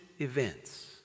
events